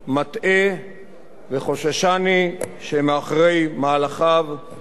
וחוששני שמאחורי מהלכיו גם מניעים אחרים,